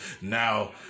now